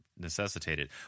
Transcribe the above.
Necessitated